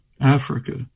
Africa